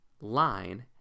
line